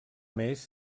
més